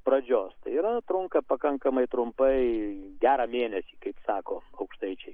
pradžios tai yra trunka pakankamai trumpai gerą mėnesį kaip sako aukštaičiai